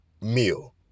meal